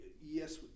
yes